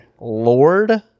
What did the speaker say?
Lord